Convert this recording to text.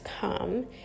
come